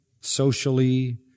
socially